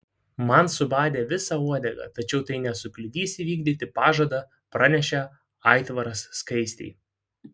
man subadė visą uodegą tačiau tai nesukliudys įvykdyti pažadą pranešė aitvaras skaistei